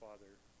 Father